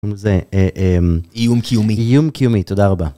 זה ... איום קיומי , תודה רבה.